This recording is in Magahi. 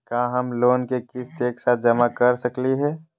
का हम लोन के किस्त एक साथ जमा कर सकली हे?